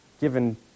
given